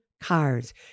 cars